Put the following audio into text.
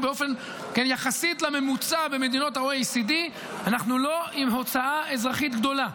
יחסית לממוצע במדינות ה-OECD אנחנו לא עם הוצאה אזרחית גדולה.